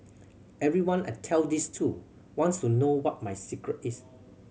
everyone I tell this to wants to know what my secret is